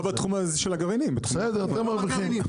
כולם מרוויחים.